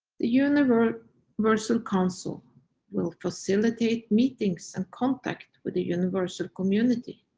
the universal universal council will facilitate meetings and contact with the universal community,